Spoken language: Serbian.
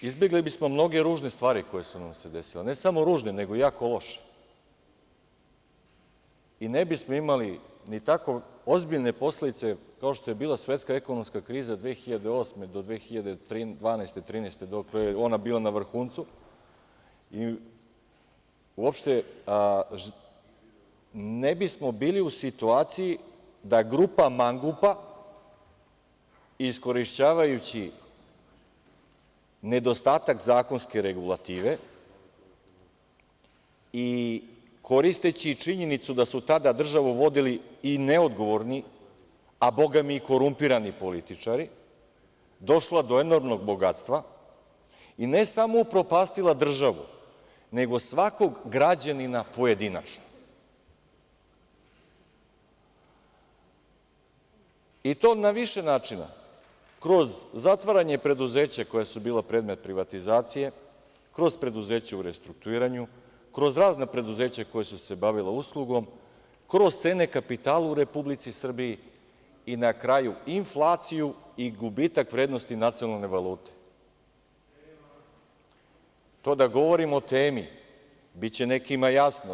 Izbegli bismo mnoge ružne stvari koje su nam se desile, ne samo ružne, nego i jako loše, i ne bismo imali tako ozbiljne posledice, kao što je bila svetska ekonomska kriza od 2008. do 2012, 2013. godine, dokle je bila na vrhuncu, i uopšte ne bismo bili u situaciji da grupa mangupa, iskorišćavajući nedostatak zakonske regulative i koristeći činjenicu da su tada državu vodili neodgovorni, a bogami i korumpirani političari, dođe do enormnog bogatstva i, ne samo upropastila državu, nego svakog građanina pojedinačno, i to na više načina, kroz zatvaranje preduzeća koja su bila predmet privatizacije, kroz preduzeća u restrukturiranju, kroz razna preduzeća koja su se bavila uslugom, kroz cene kapitala u Republici Srbiji i na kraju inflaciju i gubitak vrednosti nacionalne valute. (Milorad Mirčić: Tema.) To da govorimo o temi, biće nekima jasno.